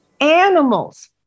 animals